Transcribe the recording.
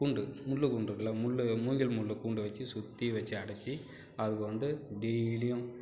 பூண்டு முள் பூண்டு இருக்குல்ல முள் மூங்கில் முள் பூண்டை வச்சு சுற்றி வச்சு அடைச்சி அதுக்கு வந்து டெய்லியும்